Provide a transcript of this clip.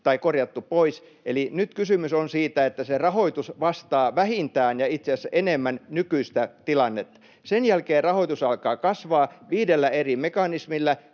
korjattu pois. Eli nyt kysymys on siitä, että se rahoitus vastaa vähintään ja itse asiassa enemmän nykyistä tilannetta. Sen jälkeen rahoitus alkaa kasvaa viidellä eri mekanismilla,